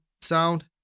sound